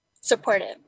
supportive